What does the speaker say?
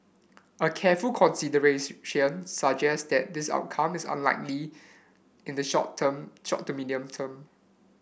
a careful suggest that this outcome is unlikely in the short term short to medium term